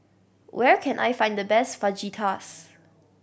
where can I find the best Fajitas